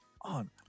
on